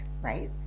right